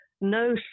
no